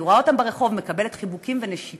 אני רואה אותם ברחוב, מקבלת חיבוקים ונשיקות.